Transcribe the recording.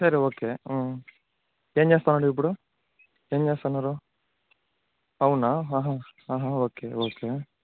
సరే ఓకే ఏం చేస్తావుండావిప్పుడు ఏం చేస్తున్నారు అవునా అహ అహ ఓకే ఓకే